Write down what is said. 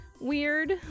weird